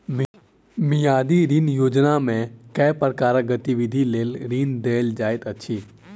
मियादी ऋण योजनामे केँ प्रकारक गतिविधि लेल ऋण देल जाइत अछि